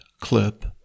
clip